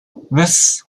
this